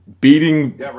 Beating